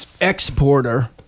exporter